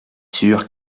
sûr